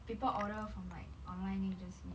people order from like online then you just make